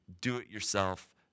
do-it-yourself